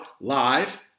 live